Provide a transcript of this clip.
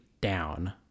down